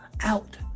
out